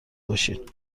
باشین